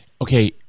okay